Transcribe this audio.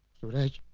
suraj?